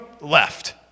left